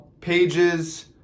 pages